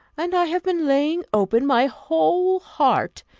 and i have been laying open my whole heart,